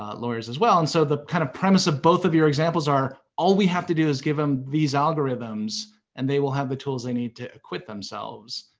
um lawyers as well. and so, the kind of premise of both of your examples are all we have to do is give them these algorithms and they will have the tools they need to acquit themselves.